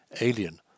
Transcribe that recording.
alien